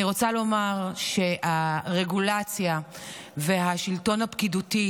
אני רוצה לומר שהרגולציה והשלטון הפקידותי